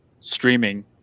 streaming